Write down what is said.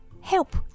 help